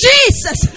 Jesus